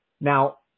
Now